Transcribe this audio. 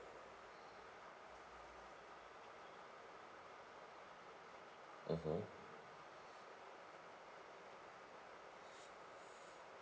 mmhmm